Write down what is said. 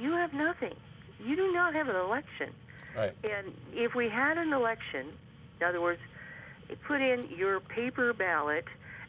you have nothing you do not have an election and if we had an election the other words put in your paper ballot